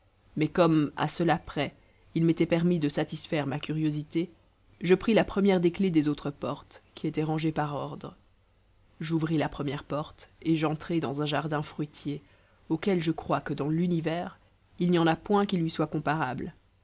mais comme à cela près il m'était permis de satisfaire ma curiosité je pris la première des clefs des autres portes qui étaient rangées par ordre j'ouvris la première porte et j'entrai dans un jardin fruitier auquel je crois que dans l'univers il n'y en a point qui lui soit comparable